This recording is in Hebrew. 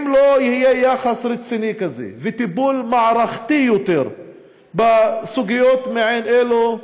אם לא יהיה יחס רציני כזה וטיפול מערכתי יותר בסוגיות מעין אלו,